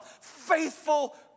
Faithful